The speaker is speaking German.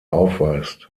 aufweist